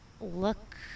look